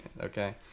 okay